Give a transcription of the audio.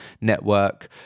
network